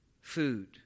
food